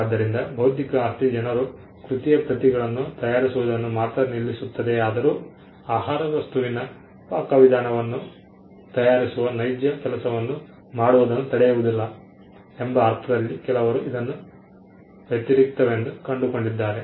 ಆದ್ದರಿಂದ ಬೌದ್ಧಿಕ ಆಸ್ತಿ ಜನರು ಕೃತಿಯ ಪ್ರತಿಗಳನ್ನು ತಯಾರಿಸುವುದನ್ನು ಮಾತ್ರ ನಿಲ್ಲಿಸುತ್ತದೆಯಾದರೂ ಆಹಾರ ವಸ್ತುವಿನ ಪಾಕವಿಧಾನವನ್ನು ತಯಾರಿಸುವ ನೈಜ ಕೆಲಸವನ್ನು ಮಾಡುವುದನ್ನು ತಡೆಯುವುದಿಲ್ಲ ಎಂಬ ಅರ್ಥದಲ್ಲಿ ಕೆಲವರು ಇದನ್ನು ವ್ಯತಿರಿಕ್ತವೆಂದು ಕಂಡುಕೊಂಡಿದ್ದಾರೆ